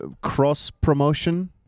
cross-promotion